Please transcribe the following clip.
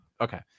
Okay